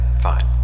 Fine